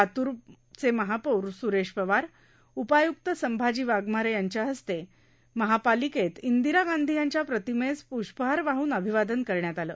लातूर महापालिकेत महापौर स्रेश पवार उपाय्क्त संभाजी वाघमारे यांच्या हस्ते इंदिरा गांधी यांच्या प्रतिमेस प्ष्पहार वाहून अभिवादन करण्यात आलं